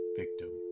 victim